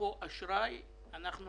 השטן נמצא בפרטים הקטנים.